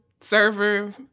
server